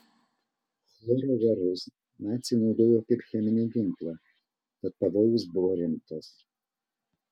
chloro garus naciai naudojo kaip cheminį ginklą tad pavojus buvo rimtas